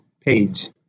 page